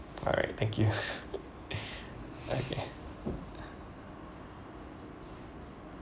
alright thank you okay